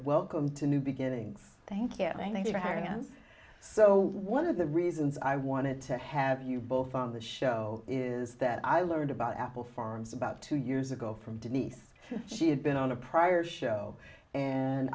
welcome to new beginnings thank you thank you for having us so one of the reasons i wanted to have you both on the show is that i learned about apple farms about two years ago from denise she had been on a prior show and